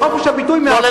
חופש הביטוי לא מאפשר הכול,